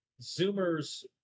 Zoomers